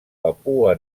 papua